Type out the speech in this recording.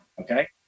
Okay